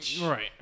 Right